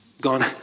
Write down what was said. gone